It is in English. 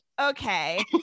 Okay